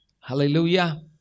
Hallelujah